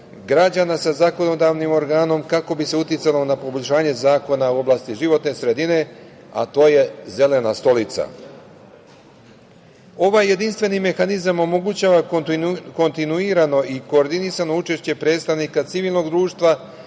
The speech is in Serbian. građana sa zakonodavnim organom, kako bi se uticalo na poboljšanje zakona u oblasti životne sredine, a to je „zelena stolica“.Ovaj jedinstveni mehanizam omogućava kontinuirano i koordinisano učešće predstavnika civilnog društva